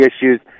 issues